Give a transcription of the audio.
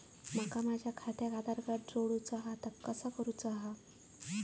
माका माझा खात्याक आधार कार्ड जोडूचा हा ता कसा करुचा हा?